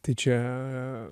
tai čia